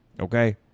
Okay